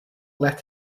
let